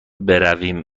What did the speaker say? بیرون